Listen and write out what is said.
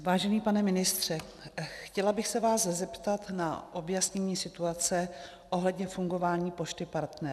Vážený pane ministře, chtěla bych se vás zeptat na objasnění situace ohledně fungování Pošty Partner.